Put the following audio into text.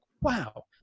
wow